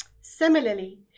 Similarly